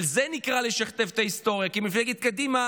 אבל זה נקרא לשכתב את ההיסטוריה כי מפלגת קדימה